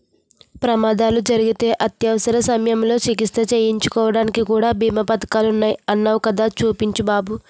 ప్రమాదాలు జరిగితే అత్యవసర సమయంలో చికిత్స చేయించుకోడానికి కూడా బీమా పదకాలున్నాయ్ అన్నావ్ కదా చూపించు బాబు